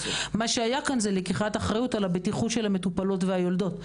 מה שהיה כאן זו לקיחת אחריות על הבטיחות של המטופלות והיולדות.